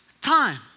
time